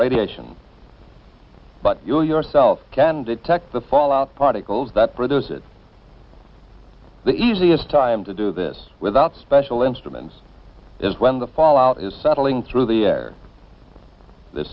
radiation but you yourself can detect the fallout particles that produce it the easiest time to do this without special instruments is when the fall out is settling through the air